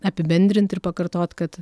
apibendrint ir pakartot kad